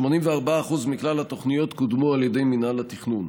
84% מכלל התוכניות קודמו על ידי מינהל התכנון.